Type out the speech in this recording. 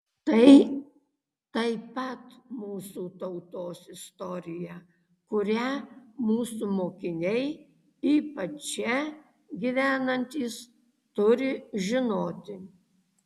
tai taip pat mūsų tautos istorija kurią mūsų mokiniai ypač čia gyvenantys turi žinoti